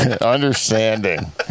Understanding